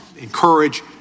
encourage